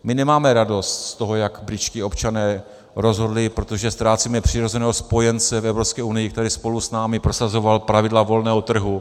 My nemáme radost z toho, jak britští občané rozhodli, protože ztrácíme přirozeného spojence v Evropské unii, který spolu s námi prosazoval pravidla volného trhu.